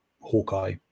Hawkeye